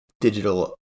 digital